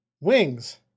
wings